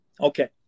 Okay